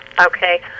Okay